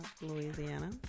Louisiana